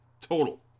Total